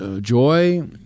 joy